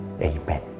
Amen